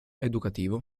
educativo